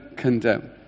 condemn